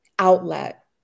Outlet